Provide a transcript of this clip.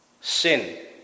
sin